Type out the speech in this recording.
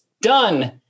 done